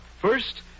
First